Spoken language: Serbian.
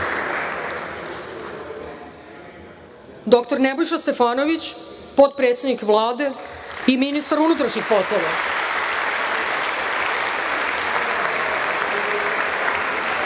dr Nebojša Stefanović, potpredsednik Vlade i ministar unutrašnjih poslova,